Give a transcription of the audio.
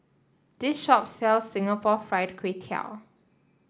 this shop sells Singapore Fried Kway Tiao